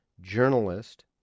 journalist